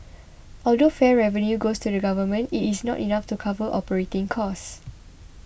although fare revenue goes to the Government it is not enough to cover operating costs